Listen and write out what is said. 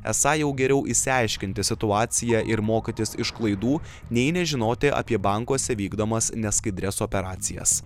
esą jau geriau išsiaiškinti situaciją ir mokytis iš klaidų nei nežinoti apie bankuose vykdomas neskaidrias operacijas